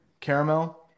caramel